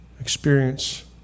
experience